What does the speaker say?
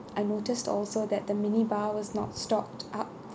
I noticed also that the mini bar was not stocked up